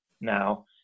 now